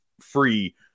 free